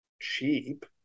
cheap